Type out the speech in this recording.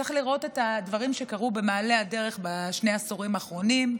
צריך לראות את הדברים שקרו במעלה הדרך בשני העשורים האחרונים.